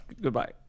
Goodbye